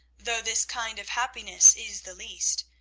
though this kind of happiness is the least,